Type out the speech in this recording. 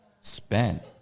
spent